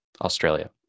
australia